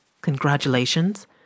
Congratulations